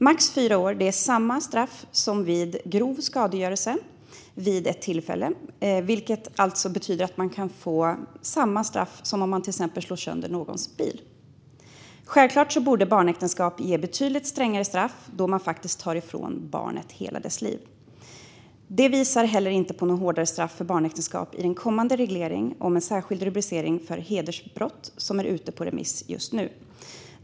Max fyra år är samma straff som vid grov skadegörelse vid ett tillfälle, vilket alltså betyder att man kan få samma straff som om man till exempel slår sönder någons bil. Självklart borde barnäktenskap ge betydligt strängare straff, då man faktiskt tar ifrån barnet hela dess liv. Det tycks heller inte bli några hårdare straff för barnäktenskap i samband med den kommande reglering med en särskild rubricering för hedersbrott som är ute på remiss just nu.